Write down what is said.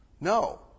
No